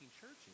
churches